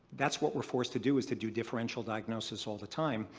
that's what we're forced to do is to do differential diagnosis all the time